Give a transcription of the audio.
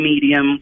medium